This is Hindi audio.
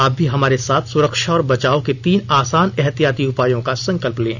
आप भी हमारे साथ सुरक्षा और बचाव के तीन आसान एहतियाती उपायों का संकल्प लें